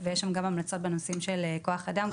ויהיו שם גם המלצות בנושאים של כוח אדם,